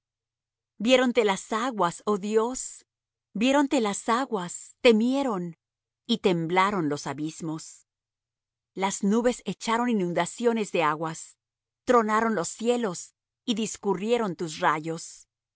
josé selah viéronte las aguas oh dios viéronte las aguas temieron y temblaron los abismos las nubes echaron inundaciones de aguas tronaron los cielos y discurrieron tus rayos